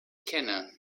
kenne